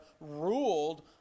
ruled